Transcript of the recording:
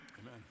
Amen